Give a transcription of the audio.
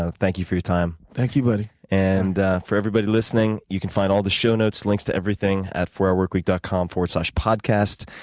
ah thank you for your time. thank you, buddy. and for everybody listening, you can find all the show notes, links to everything at fourhourworkweek dot com, forward slash podcast.